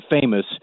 famous